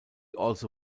also